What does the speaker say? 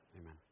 amen